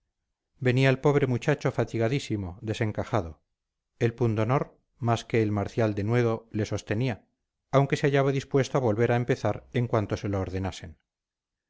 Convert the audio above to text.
venía el pobre muchacho fatigadísimo desencajado el pundonor más que el marcial denuedo le sostenía aunque se hallaba dispuesto a volver a empezar en cuanto se lo ordenasen